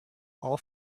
all